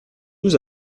nous